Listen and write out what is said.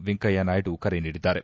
ವೆಂಕಯ್ಯ ನಾಯ್ಡು ಕರೆ ನೀಡಿದ್ದಾರೆ